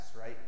right